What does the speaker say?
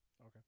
Okay